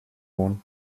one